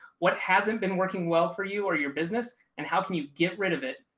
what hasn't been working well for you or your business? and how can you get rid of it,